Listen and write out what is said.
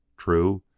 true,